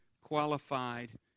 qualified